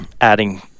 adding